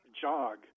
jog